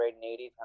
Native